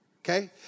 Okay